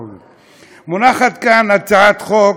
מונחת כאן הצעת חוק,